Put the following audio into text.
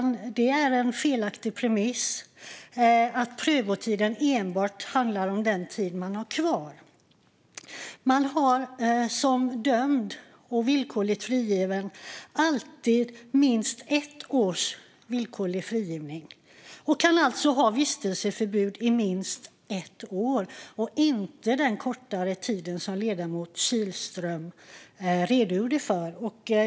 Det är en felaktig premiss att prövotiden enbart handlar om den tid man har kvar. En dömd har alltid minst ett års villkorlig frigivning, och den dömde kan alltså få ett vistelseförbud i minst ett år - inte den kortare tid som ledamoten Kihlström redogjorde för.